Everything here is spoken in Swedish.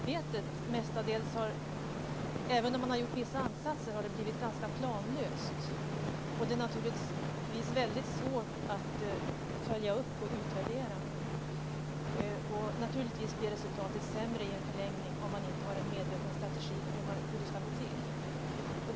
Det har medfört att även om man har gjort vissa ansatser har arbetet mestadels blivit ganska planlöst, och det är naturligtvis väldigt svårt att följa upp och utvärdera. Naturligtvis blir resultaten sämre i en förlängning om man inte har en medveten strategi för hur det ska gå till.